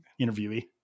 interviewee